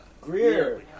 Greer